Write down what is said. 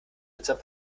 mitsamt